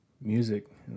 music